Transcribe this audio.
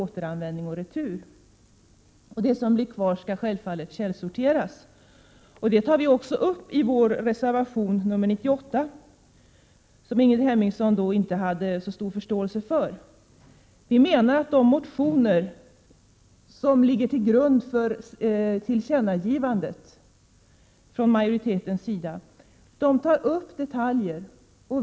1987/88:134 ett retursystem. Det som blir kvar skall självfallet källsorteras. 6 juni 1988 Det tar vi socialdemokrater upp i reservation 98, som Ingrid Hemmingsson inte hade så stor förståelse för. Vi menar att de motioner som ligger till grund för tillkännagivandet från majoritetens sida rör detaljer.